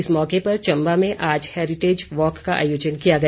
इस मौके पर चंबा में आज हैरिटेज वॉक का आयोजन किया गया